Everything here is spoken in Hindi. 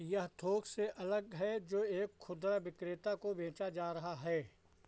यह थोक से अलग है जो एक खुदरा विक्रेता को बेचा जा रहा है